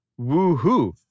woohoo